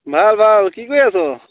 ভাল ভাল কি কৰি আছ'